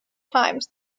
times